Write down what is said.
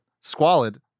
squalid